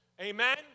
Amen